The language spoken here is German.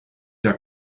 der